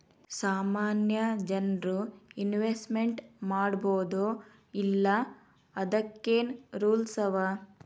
ಸಾಮಾನ್ಯ ಜನ್ರು ಇನ್ವೆಸ್ಟ್ಮೆಂಟ್ ಮಾಡ್ಬೊದೋ ಇಲ್ಲಾ ಅದಕ್ಕೇನ್ ರೂಲ್ಸವ?